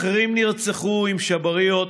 ואחרים נרצחו עם שבריות,